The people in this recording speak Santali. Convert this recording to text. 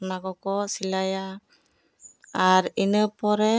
ᱚᱱᱟ ᱠᱚᱠᱚ ᱥᱤᱞᱟᱭᱟ ᱟᱨ ᱤᱱᱟᱹ ᱯᱚᱨᱮ